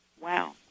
wow